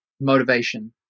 motivation